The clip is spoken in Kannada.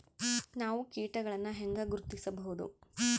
ನಾವು ಕೇಟಗಳನ್ನು ಹೆಂಗ ಗುರ್ತಿಸಬಹುದು?